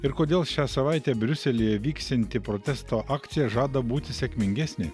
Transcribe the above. ir kodėl šią savaitę briuselyje vyksianti protesto akcija žada būti sėkmingesnė